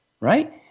right